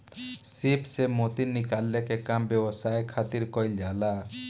सीप से मोती निकाले के काम व्यवसाय खातिर कईल जाला